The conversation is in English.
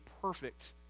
perfect